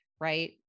right